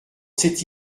cette